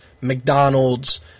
McDonald's